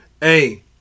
Hey